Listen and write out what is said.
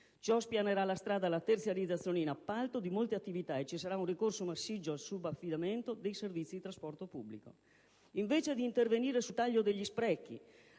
Ciò spianerà la strada alla terziarizzazione in appalto di molte attività e determinerà un ricorso massiccio al subaffidamento dei servizi di trasporto pubblico. Invece di intervenire sul taglio degli sprechi